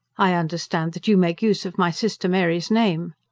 i understand that you make use of my sister mary's name.